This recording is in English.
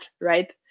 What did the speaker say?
right